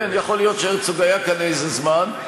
כן, יכול להיות שהרצוג היה כאן איזה זמן.